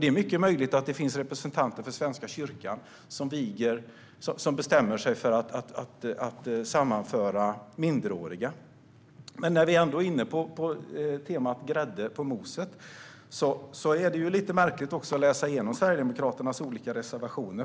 Det är mycket möjligt att det finns representanter för Svenska kyrkan som bestämmer sig för att sammanföra minderåriga. När vi ändå är inne på temat grädde på moset är det lite märkligt att läsa Sverigedemokraternas olika reservationer.